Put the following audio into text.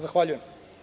Zahvaljujem.